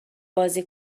بازی